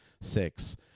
Six